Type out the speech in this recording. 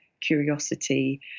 curiosity